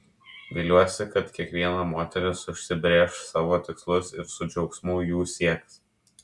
viliuosi kad kiekviena moteris užsibrėš savo tikslus ir su džiaugsmu jų sieks